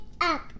up